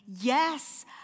yes